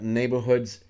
neighborhoods